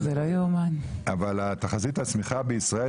זה דבר חשוב לדון בו אבל תחזית הצמיחה בישראל